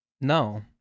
No